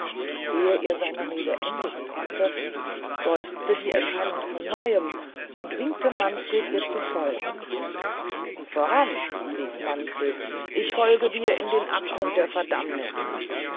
ehe er seine rede endigen konnte seufzte die erscheinung von neuem und winkte manfred ihr zu folgen voran rief manfred ich folge dir in den abgrund der verdammniß